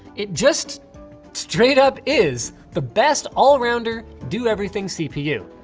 it just straight up is the best all-rounder, do everything cpu.